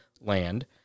land